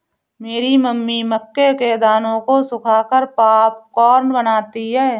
मेरी मम्मी मक्के के दानों को सुखाकर पॉपकॉर्न बनाती हैं